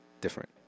different